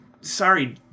Sorry